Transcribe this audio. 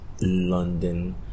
London